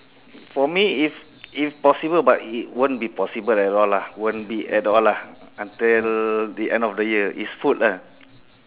for me if if possible but it won't be possible at all lah won't be at all lah until the end of the year is food ah